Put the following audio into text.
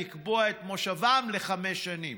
לקבוע את מושבם לחמש שנים.